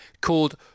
called